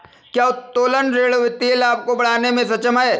क्या उत्तोलन ऋण वित्तीय लाभ को बढ़ाने में सक्षम है?